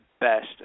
best